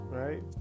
right